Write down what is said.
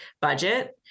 budget